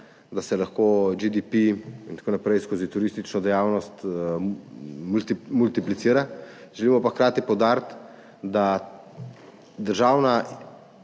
da se lahko GDP in tako naprej skozi turistično dejavnost multiplicira. Hkrati pa želimo poudariti, da je državna